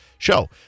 Show